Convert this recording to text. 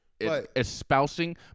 espousing